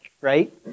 right